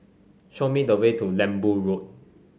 show me the way to Lembu Road